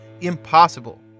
impossible